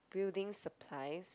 building supplies